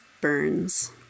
burns